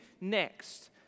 next